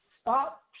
stop